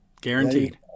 guaranteed